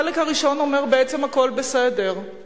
החלק הראשון אומר: בעצם הכול בסדר.